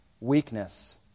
weakness